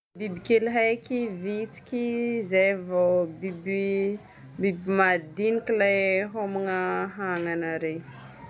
Bibikely haiky: vitsiky zay vao biby madinika ilay homagna hanana regny.